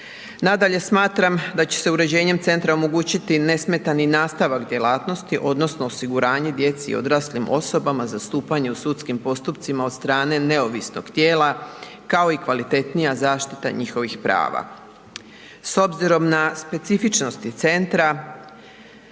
Nadalje, smatram da će se uređenjem centra omogućiti nesmetani nastavak djelatnosti odnosno osiguranje djeci i odraslim osobama zastupanje u sudskim postupcima od strane neovisnog tijela kao i kvalitetnija zaštita njihovih prava. S obzirom na specifičnosti centra